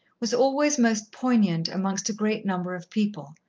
was always most poignant amongst a great number of people,